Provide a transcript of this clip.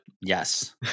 Yes